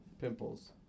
Pimples